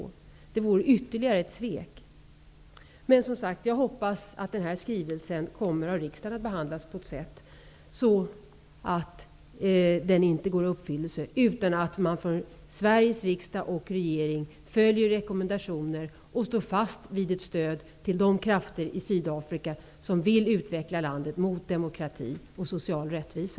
Det vore ytterligare ett svek. Jag hoppas alltså att den här skrivelsen kommer att behandlas på ett sådant sätt av riksdagen att den inte går i uppfyllelse utan att Sveriges riksdag och regering följer rekommendationer och står fast vid ett stöd till de krafter i Sydafrika som vill utveckla landet mot demokrati och social rättvisa.